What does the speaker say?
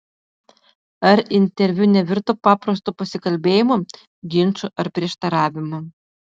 ar interviu nevirto paprastu pasikalbėjimu ginču ar prieštaravimu